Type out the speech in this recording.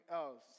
else